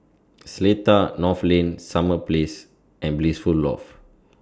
Seletar North Lane Summer Place and Blissful Loft